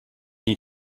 need